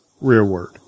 rearward